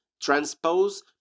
transpose